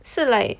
是 like